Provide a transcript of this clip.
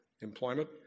employment